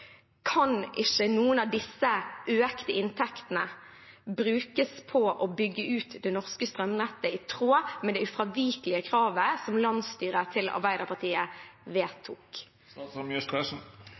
Kan ikke noen av disse økte inntektene brukes på å bygge ut det norske strømnettet i tråd med det ufravikelige kravet som landsstyret til Arbeiderpartiet